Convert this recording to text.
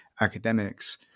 academics